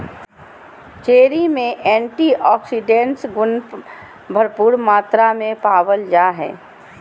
cherry में antioxidants गुण भरपूर मात्रा में पावल जा हइ